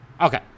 Okay